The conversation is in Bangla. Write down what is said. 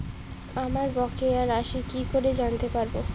আমার বকেয়া রাশি কি করে জানতে পারবো?